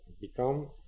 become